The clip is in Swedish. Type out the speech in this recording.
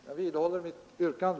Jag vidhåller mitt yrkande.